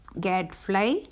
gadfly